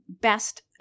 best